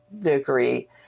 degree